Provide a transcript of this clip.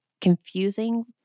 confusing